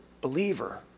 believer